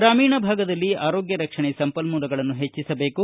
ಗ್ರಾಮೀಣ ಭಾಗದಲ್ಲಿ ಆರೋಗ್ಯ ರಕ್ಷಣೆ ಸಂಪನ್ಮೂಲಗಳನ್ನು ಹೆಚ್ಚಿಸಬೇಕು